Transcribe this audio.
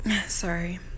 sorry